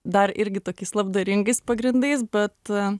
dar irgi tokiais labdaringais pagrindais bet